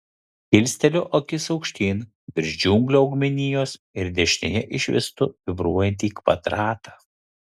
kilsteliu akis aukštyn virš džiunglių augmenijos ir dešinėje išvystu vibruojantį kvadratą